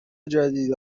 جدید